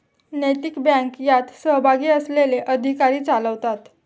नैतिक बँक यात सहभागी असलेले अधिकारी चालवतात